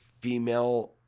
female